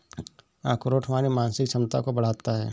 अखरोट हमारी मानसिक क्षमता को बढ़ाता है